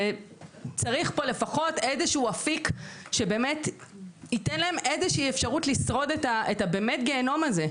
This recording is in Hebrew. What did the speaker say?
צריך פה לפחות אפיק שייתן להם איזה אפשרות לשרוד את הגיהינום הזה.